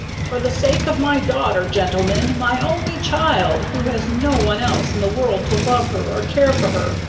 for the sake of my daughter, gentlemen my only child who has no one else in the world to love her or care for her,